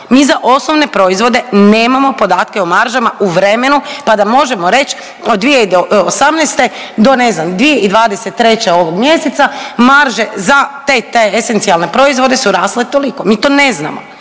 mi za osnovne proizvode nemamo podatke o maržama u vremenu pa da možemo reć od 2018. do ne znam 2023. ovog mjeseca marže za te, te esencijalne proizvod su rasle toliko, mi to ne znamo